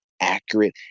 accurate